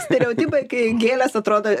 stereotipai kai gėlės atrodo